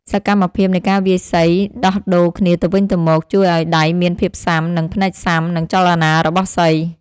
សកម្មភាពនៃការវាយសីដោះដូរគ្នាទៅវិញទៅមក ជួយឱ្យដៃមានភាពស៊ាំ និងភ្នែកស៊ាំនឹងចលនារបស់សី។